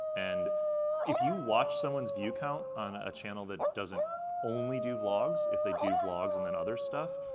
and if you watch someone's view count on a channel that doesn't only do vlogs, if they do vlogs and then other stuff,